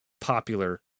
popular